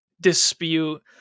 dispute